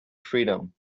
freedom